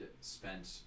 spent